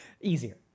easier